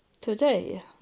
today